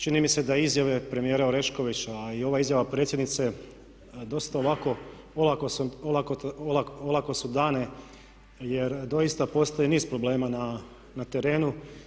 Čini mi se da izjave premijera Oreškovića, a i ova izjava predsjednice, dosta ovako olako su dane jer doista postoji niz problema na terenu.